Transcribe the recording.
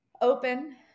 open